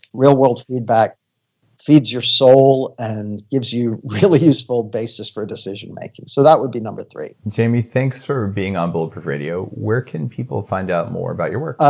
real world feedback feeds your soul and gives you really useful basis for decision making so that would be number three jamie, thanks for being on bulletproof radio. where can people find out more about your work?